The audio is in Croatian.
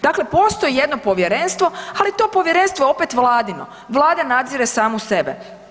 Dakle, postoji jedno povjerenstvo ali to povjerenstvo je opet vladino, Vlada nadzire samu sebe.